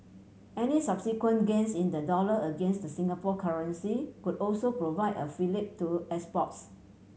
any subsequent gains in the dollar against the Singapore currency could also provide a fillip to exports